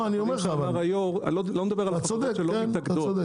אתה צודק.